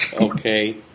Okay